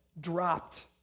dropped